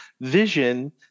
vision